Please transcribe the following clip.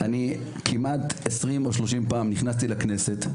אני כמעט 20 או 30 פעמים נכנסתי לכנסת,